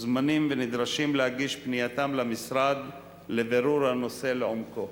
מוזמנים ונדרשים להגיש פנייתם למשרד לבירור הנושא לעומקו.